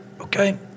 okay